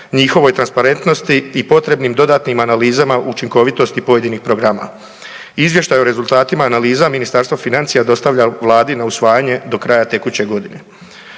njihovoj transparentnosti i potrebnim dodatnim analizama učinkovitosti pojedinih programa. Izvještaj o rezultatima analiza Ministarstvo financija dostavlja Vladi na usvajanje do kraja tekuće godine.